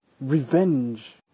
revenge